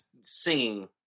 singing